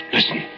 Listen